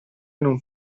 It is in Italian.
non